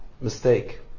mistake